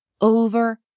over